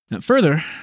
Further